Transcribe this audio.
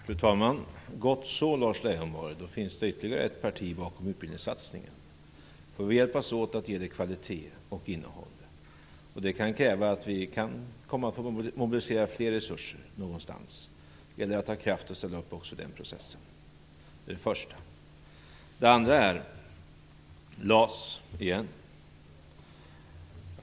Fru talman! Det är gott så, Lars Leijonborg. Då finns det ytterligare ett parti bakom utbildningssatsningen. Vi får hjälpas åt att ge den kvalitet och innehåll. Det kan kräva att fler resurser mobiliseras någonstans, och då gäller det att ha kraft att ställa upp också på den processen. Det är det första. Det andra är LAS - igen.